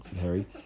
Harry